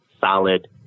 solid